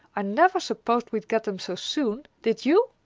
i never supposed we'd get them so soon. did you?